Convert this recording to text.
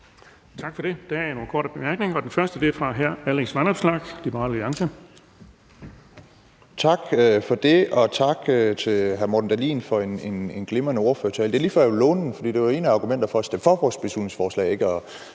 Tak for det. Der er nogle korte bemærkninger. Den første er fra hr. Alex Vanopslagh, Liberal Alliance. Kl. 13:36 Alex Vanopslagh (LA): Tak for det. Og tak til hr. Morten Dahlin for en glimrende ordførertale. Det er lige før, jeg vil låne den, for der var tale om ene argumenter for at stemme for vores beslutningsforslag og ikke nogen